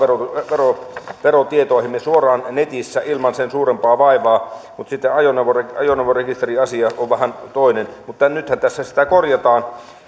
verotietoihimme suoraan netissä ilman sen suurempaa vaivaa mutta sitten ajoneuvorekisteriasia on vähän toinen mutta nythän tässä sitä korjataan